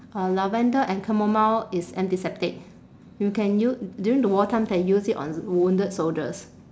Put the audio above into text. uh lavender and chamomile is antiseptic you can u~ during the wartime they use it on wounded soldiers